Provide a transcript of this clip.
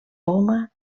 poma